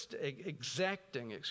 exacting